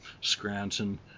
Scranton